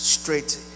straight